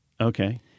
Okay